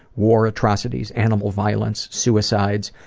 war, atrocities, animal violence, suicides,